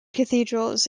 cathedrals